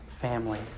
family